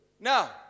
Now